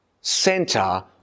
center